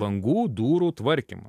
langų durų tvarkymą